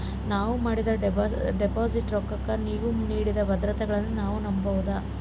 ನಾವು ಮಾಡಿದ ಡಿಪಾಜಿಟ್ ರೊಕ್ಕಕ್ಕ ನೀವು ನೀಡಿದ ಭದ್ರತೆಗಳನ್ನು ನಾವು ನಂಬಬಹುದಾ?